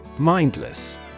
Mindless